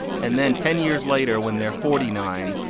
and then ten years later when they're forty nine,